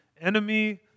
enemy